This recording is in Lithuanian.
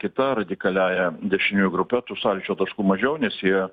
kita radikaliąja dešiniųjų grupe tų sąlyčio taškų mažiau nes jie